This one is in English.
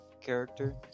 character